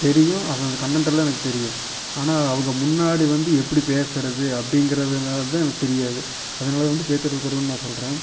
தெரியும் அது அந்த கன்டெண்ட்டெல்லாம் எனக்கு தெரியும் ஆனால் அவங்க முன்னாடி வந்து எப்படி பேசறது அப்படிங்கிறதுனால தான் எனக்கு தெரியாது அதனால் தான் வந்து பேச்சாற்றல் குறைவுன்னு நான் சொல்லுறேன்